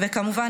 וכמובן,